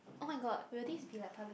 oh-my-god will this be like publish